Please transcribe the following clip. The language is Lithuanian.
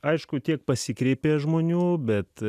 aišku tiek pasikreipė žmonių bet